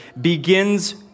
begins